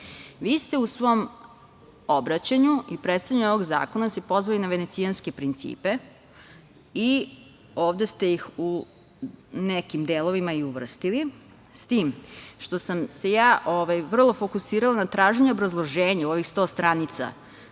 ste u svom obraćanju i predstavljanju ovog zakona se pozvali na Venecijanske principe i ovde ste ih u nekim delovima i uvrstili, s tim što sam se ja vrlo fokusirala na traženju obrazloženja u ovih 100 stranica